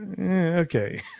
Okay